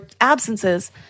absences